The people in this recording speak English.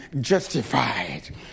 justified